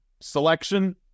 selection